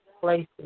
places